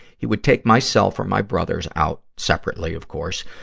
he would take myself or my brothers out, separately, of course,